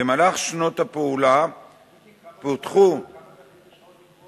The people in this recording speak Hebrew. במהלך שנות פעילותה פותחו בסיוע הקרן,